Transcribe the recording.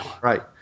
Right